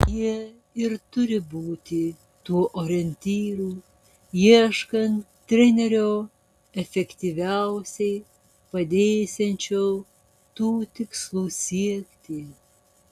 jie ir turi būti tuo orientyru ieškant trenerio efektyviausiai padėsiančio tų tikslų siekti